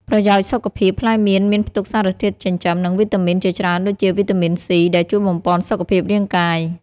ប្រយោជន៍សុខភាព ផ្លែមៀនមានផ្ទុកសារធាតុចិញ្ចឹម និងវីតាមីនជាច្រើនដូចជា វីតាមីន C ដែលជួយបំប៉នសុខភាពរាងកាយ។